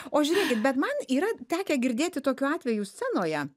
o žiūrėkit bet man yra tekę girdėti tokių atvejų scenoje